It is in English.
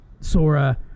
Sora